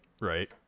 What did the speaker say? right